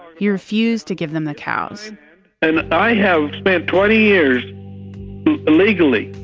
he refused to give them the cows and i have spent twenty years legally,